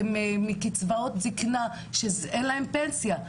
הן מקצבאות זקנה שאין להן פנסיה,